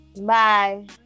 bye